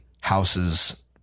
houses